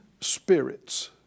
spirits